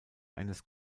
eines